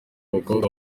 bakobwa